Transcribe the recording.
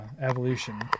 Evolution